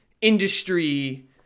industry